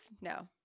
no